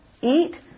eat